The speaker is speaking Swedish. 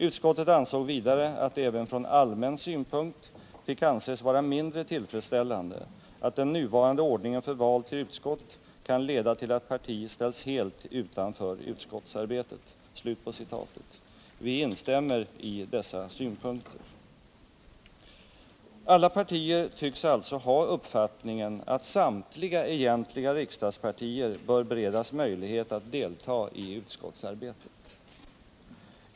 Utskottet ansåg vidare att det även från allmän synpunkt fick anses vara mindre tillfredsställande att den nuvarande ordningen för val till utskott kan leda till att parti ställs helt Vi instämmer i dessa synpunkter. Alla partier tycks alltså ha den uppfattningen att samtliga egentliga riksdagspartier bör beredas möjlighet att delta i utskottsarbetet.